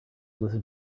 listen